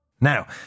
Now